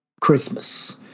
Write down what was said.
Christmas